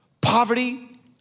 poverty